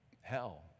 Hell